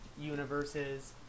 universes